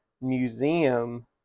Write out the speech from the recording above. museum